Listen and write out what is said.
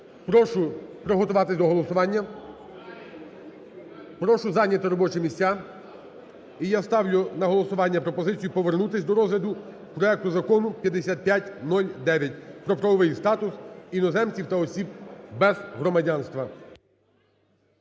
Прошу приготуватись до голосування. Прошу зайняти робочі місця. І я ставлю на голосування пропозицію повернутись до розгляду проекту Закону (5509) "Про правовий статус іноземців та осіб без громадянства".